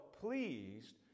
pleased